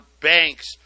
banks